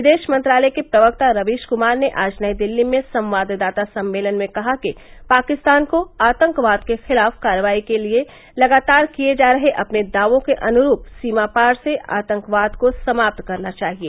विदेश मंत्रालय के प्रवक्ता रवीश कुमार ने आज नई दिल्ली में संवाददाता सम्मेलन में कहा कि पाकिस्तान को आतंकवाद के खिलाफ कार्रवाई के लगातार किए जा रहे अपने दावों के अन्रूप सीमापार से आतंकवाद को समाप्त करना चाहिए